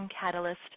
catalyst